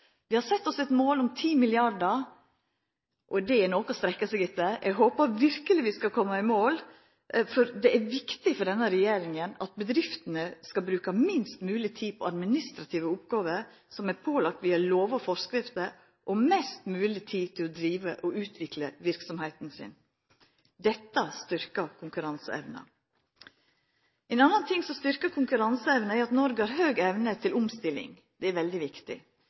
Vi har sett oss eit mål om 10 mrd. kr, og det er noko strekkja seg etter. Eg håper verkeleg vi skal koma i mål, for det er viktig for denne regjeringa at bedriftene skal bruka minst mogleg tid på administrative oppgåver som er pålagde gjennom lov og forskrifter, og mest mogleg tid til å driva og utvikla verksemda si. Dette styrkjer konkurranseevna. Ein annan ting som styrkjer konkurranseevna, er at Noreg har høg evne til omstilling. Det er veldig viktig.